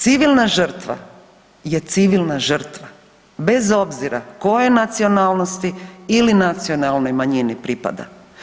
Civilna žrtva je civilna žrtva bez obzira koje nacionalnosti ili nacionalnoj manjini pripada.